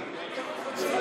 בהצלחה למחוקקים.